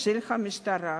של המשטרה.